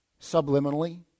subliminally